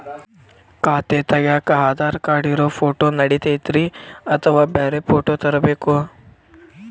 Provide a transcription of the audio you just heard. ಖಾತೆ ತಗ್ಯಾಕ್ ಆಧಾರ್ ಕಾರ್ಡ್ ಇರೋ ಫೋಟೋ ನಡಿತೈತ್ರಿ ಅಥವಾ ಬ್ಯಾರೆ ಫೋಟೋ ತರಬೇಕೋ?